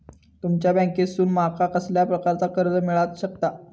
तुमच्या बँकेसून माका कसल्या प्रकारचा कर्ज मिला शकता?